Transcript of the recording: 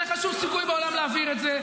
אין לך שום סיכוי בעולם להעביר את זה.